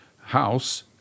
house